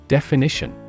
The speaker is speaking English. Definition